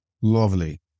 Lovely